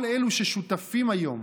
כל אלו ששותפים היום